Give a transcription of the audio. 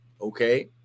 okay